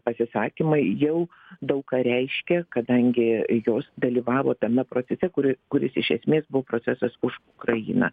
pasisakymai jau daug ką reiškia kadangi jos dalyvavo tame procese kur kuris iš esmės buvo procesas už ukrainą